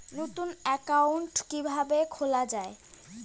নতুন একাউন্ট কিভাবে খোলা য়ায়?